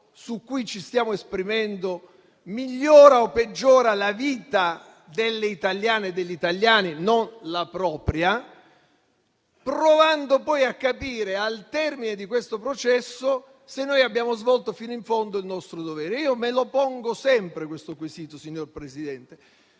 su cui ci stiamo esprimendo migliora o peggiora la vita delle italiane e degli italiani, non la propria; provando poi a capire, al termine di questo processo, se abbiamo svolto fino in fondo il nostro dovere. Io me lo pongo sempre questo quesito, signor Presidente: